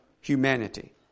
humanity